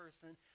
person